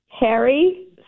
Harry